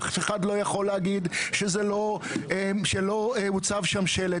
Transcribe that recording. אף אחד לא יכול להגיד שלא הוצב שם שלט,